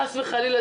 חס וחלילה,